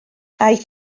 aeth